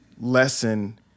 lesson